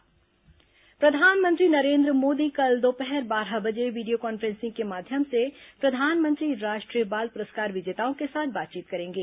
प्रधानमंत्री पुरस्कार प्रधानमंत्री नरेन्द्र मोदी कल दोपहर बारह बजे वीडियो कॉन्फ्रेंसिंग के माध्यम से प्रधानमंत्री राष्ट्रीय बाल पुरस्कार विजेताओं के साथ बातचीत करेंगे